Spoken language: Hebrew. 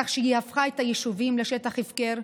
כך שהפכה את היישובים לשטח הפקר,